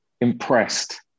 impressed